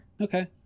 Okay